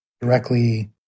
directly